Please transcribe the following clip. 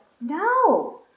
no